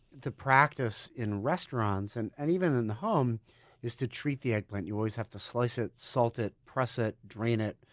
the practice in restaurants and and even in the home is to treat the eggplant you always have to slice it, salt it, press it, drain it,